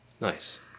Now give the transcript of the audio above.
Nice